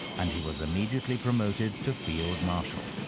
and he was immediately promoted to field marshal.